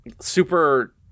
super –